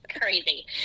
Crazy